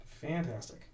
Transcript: Fantastic